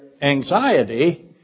Anxiety